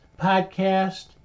podcast